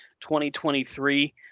2023